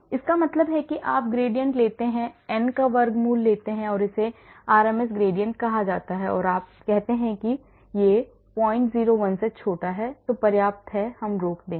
इसका मतलब है कि आप ग्रेडिएंट लेते हैं n का वर्गमूल लेते हैं और इसे RMS ग्रेडिएंट कहा जाता है और फिर आप कहते हैं कि 01 से छोटा है तो पर्याप्त है हम रोक देंगे